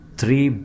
three